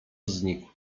znikł